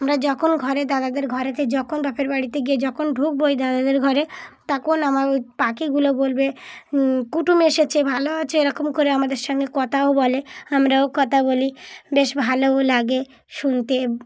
আমরা যখন ঘরে দাদাদের ঘরেতে যখন বাপের বাড়িতে গিয়ে যখন ঢুকব ওই দাদাদের ঘরে তখন আমার ওই পাখিগুলো বলবে কুটুম এসেছে ভালো আছো এরকম করে আমাদের সঙ্গে কথাও বলে আমরাও কথা বলি বেশ ভালোও লাগে শুনতে